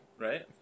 right